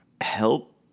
help